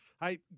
Hey